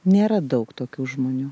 nėra daug tokių žmonių